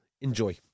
Enjoy